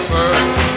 First